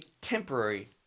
temporary